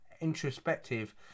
introspective